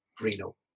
Reno